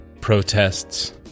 protests